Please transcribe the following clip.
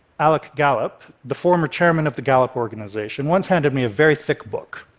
alec gallup, the former chairman of the gallup organization, once handed me a very thick book.